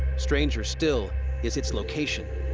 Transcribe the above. stranger still is its location.